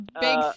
big